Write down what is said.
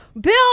Bill